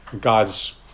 God's